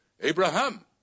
Abraham